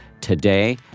today